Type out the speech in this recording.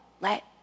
let